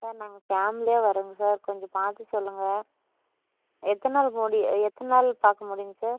sir நாங்கள் ஃபேமிலியாக வரோங்க சார் கொஞ்சம் பார்த்து சொல்லுங்கள் எத்தனை நாள் முடி எத்தனை நாள் பார்க்க முடியுங்க சார்